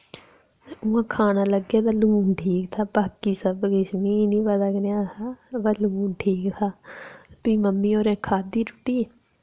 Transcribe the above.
उ'आं खाना लगे ते लून ठीक हा बाकी सब किश मी निं पता कनेहा हा वा लून ठीक हा फ्ही मम्मी होरें खाद्धी रुट्टी